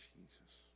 Jesus